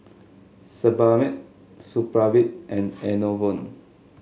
Sebamed Supravit and Enervon